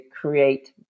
create